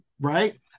right